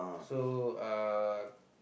so uh